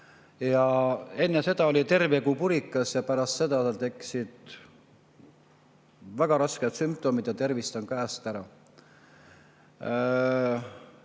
Enne seda oli ta terve kui purikas ja pärast seda tal tekkisid väga rasked sümptomid ja tervis on käest ära.